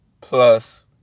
plus